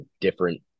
different